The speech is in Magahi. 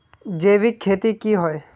जैविक खेती की होय?